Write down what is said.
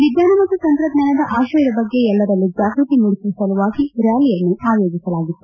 ವಿಜ್ಞಾನ ಮತ್ತು ತಂತ್ರಜ್ಞಾನದ ಆಶಯದ ಬಗ್ಗೆ ಎಲ್ಲರಲ್ಲೂ ಜಾಗೃತಿ ಮೂಡಿಸುವ ಸಲುವಾಗಿ ರ್ಯಾಲಿಯನ್ನು ಆಯೋಜಿಸಲಾಗಿತ್ತು